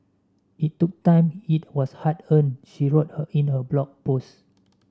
it took time it was hard earned she wrote her in her Blog Post